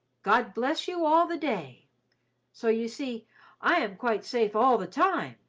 god bless you all the day so you see i am quite safe all the time,